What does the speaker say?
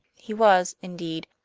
he was, indeed,